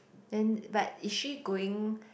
then but is she going